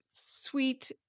sweet